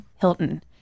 Hilton